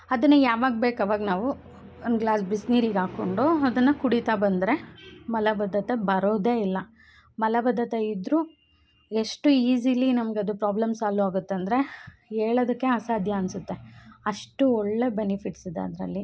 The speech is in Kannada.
ಅದನ್ನು ಯಾವಾಗ ಬೇಕು ಅವಾಗ ನಾವು ಒಂದು ಗ್ಲಾಸ್ ಬಿಸಿನೀರಿಗ್ಗಾಕೊಂಡು ಅದನ್ನು ಕುಡಿತಾ ಬಂದರೆ ಮಲಬದ್ಧತೆ ಬರೋದೆ ಇಲ್ಲ ಮಲಬದ್ಧತೆ ಇದ್ರೂ ಎಷ್ಟು ಈಜಿಲಿ ನಮಗದು ಪ್ರಾಬ್ಲಮ್ ಸಾಲು ಆಗುತ್ತೆ ಅಂದರೆ ಹೇಳೋದಿಕ್ಕೆ ಅಸಾಧ್ಯ ಅನಿಸುತ್ತೆ ಅಷ್ಟು ಒಳ್ಳೇ ಬೆನಿಫಿಟ್ಸ್ ಇದೆ ಅದರಲ್ಲಿ